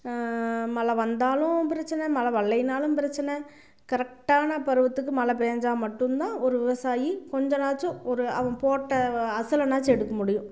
மழை வந்தாலும் பிரச்சனை மழை வர்லைன்னாலும் பிரச்சனை கரெக்டான பருவத்துக்கு மழை பேஞ்சா மட்டுந்தான் ஒரு விவசாயி கொஞ்ச நாச்சும் ஒரு அவன் போட்ட வ அசலனாச்சு எடுக்க முடியும்